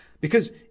because